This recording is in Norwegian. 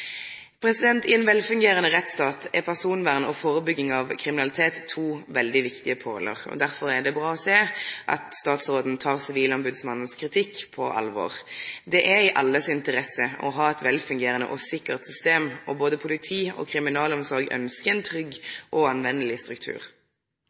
I ein velfungerande rettsstat er personvern og førebygging av kriminalitet to veldig viktige pålar. Derfor er det bra å sjå at statsråden tek Sivilombudsmannens kritikk på alvor. Det er i alle si interesse å ha eit velfungerande og sikkert system, og både politi og kriminalomsorg ønskjer ein trygg